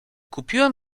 kupiłem